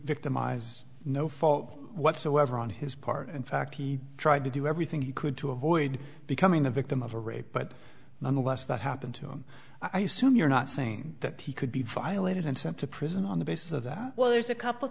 victimize no fault whatsoever on his part in fact he tried to do everything he could to avoid becoming the victim of a rape but nonetheless that happened to him i assume you're not saying that he could be violated and sent to prison on the basis of that well there's a couple